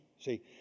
See